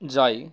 যাই